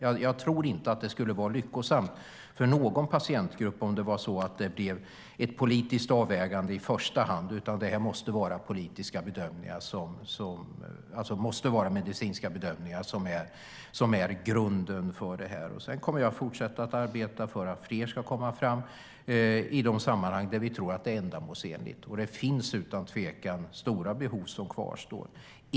Jag tror inte att det skulle vara lyckosamt för någon patientgrupp om det blev ett politiskt avvägande i första hand, utan det måste vara medicinska bedömningar som är grunden. Sedan kommer jag att fortsätta att arbeta för att fler ska komma fram i de sammanhang där vi tror att det är ändamålsenligt, och det finns utan tvekan stora behov som kvarstår.